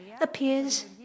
appears